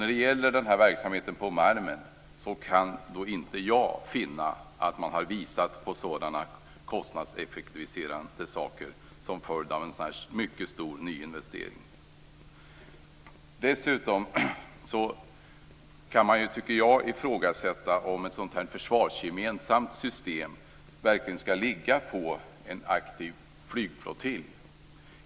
När det gäller verksamheten på Malmen kan åtminstone inte jag finna att man har visat på sådana kostnadseffektiviseringar som följd av denna mycket stora nyinvestering. Dessutom tycker jag att man kan ifrågasätta om ett sådant här försvarsgemensamt system verkligen skall ligga på en aktiv flygflottilj.